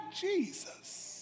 Jesus